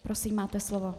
Prosím, máte slovo.